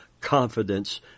confidence